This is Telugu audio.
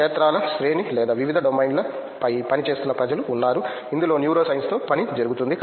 క్షేత్రాల శ్రేణి లేదా వివిధ డొమైన్ల ఫై పని చేస్తున్న ప్రజలు ఉన్నారు ఇందులో న్యూరోసైన్స్ తో పని జరుగుతోంది